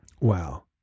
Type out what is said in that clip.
Wow